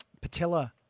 Patella